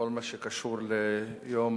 בכל מה שקשור ליום